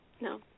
no